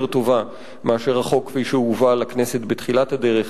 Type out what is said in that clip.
טובה משר החוק כפי שהוא הובא לכנסת בתחילת הדרך,